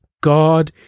God